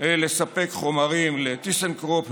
לספק חומרים לטיסנקרופ,